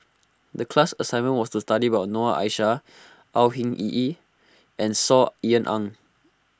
the class assignment was to study about Noor Aishah Au Hing Yee and Saw Ean Ang